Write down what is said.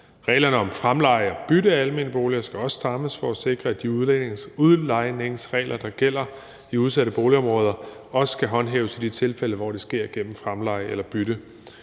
Reglerne om fremleje og bytte af almene boliger skal strammes for at sikre, at de udlejningsregler, der gælder i udsatte boligområder, også skal håndhæves i de tilfælde, hvor det sker igennem fremleje eller bytte.